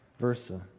versa